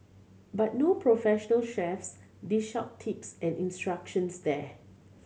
but no professional chefs dish out tips and instructions there